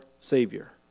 Savior